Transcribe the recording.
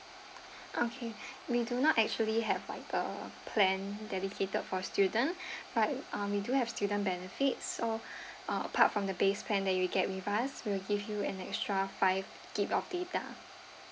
okay we do not actually have like a plan dedicated for student but uh we do have student benefits so uh part from the base plan that you get with us we will give you an extra five gigabytes of data